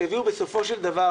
שהביאו בסופו של דבר,